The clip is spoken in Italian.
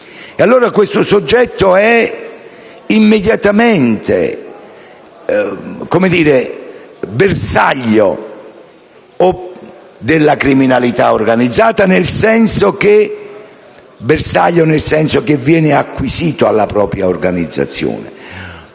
Napoli), questo soggetto è immediatamente bersaglio della criminalità organizzata, nel senso che viene acquisito alla propria organizzazione.